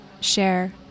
share